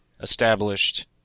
established